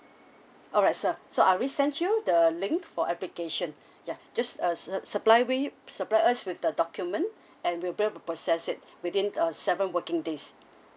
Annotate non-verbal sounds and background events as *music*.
alright sir so I'll resend you the link for application *breath* ya just uh s~ supply with supply us with the document *breath* and we'll bill to process it within a seven working days